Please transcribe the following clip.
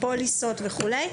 פוליסות וכו'.